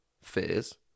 fears